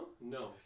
No